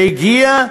והגיעה